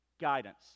guidance